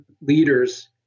leaders